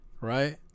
right